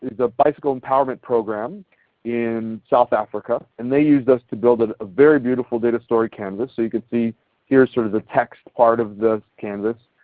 the bicycle empowerment program in south africa, and they used us to build a very beautiful data story canvass. you can see some sort of the text part of the canvas.